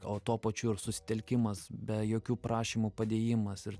o tuo pačiu ir susitelkimas be jokių prašymų padėjimas ir